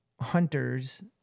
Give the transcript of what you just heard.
hunters